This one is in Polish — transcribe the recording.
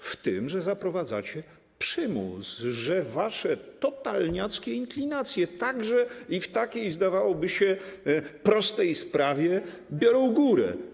Rzecz w tym, że wprowadzacie przymus, że wasze totalniackie inklinacje także w takiej, zdawałoby się, prostej sprawie biorą górę.